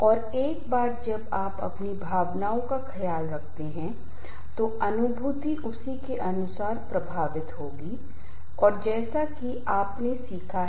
और इस संदर्भ में इस बात पर बल देने की आवश्यकता है कि आर्थिक समस्याओं पारिवारिक समस्याओं जो भी हो हमने उल्लेख किया है जो तनाव की ओर अग्रसर होते है उन्हे स्ट्रेसोर्स तनाव कहा जाता है